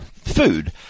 food